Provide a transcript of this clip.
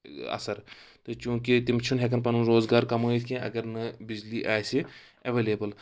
اَثر تہٕ چوٗنٛکہِ تِم چھُنہٕ ہؠکان پنُن روزگار کمٲیِتھ کینٛہہ اگر نہٕ بجلی آسہِ ایویلیبٕل